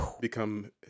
become